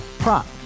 Prop